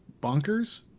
bonkers